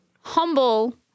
humble